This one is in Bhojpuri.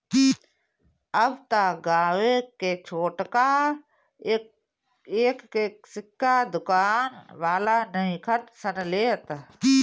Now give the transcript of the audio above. अब त गांवे में छोटका एक के सिक्का दुकान वाला नइखन सन लेत